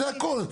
זה הכול.